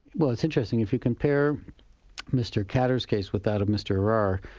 well it's interesting. if you compare mr khadr's case with that of mr arar,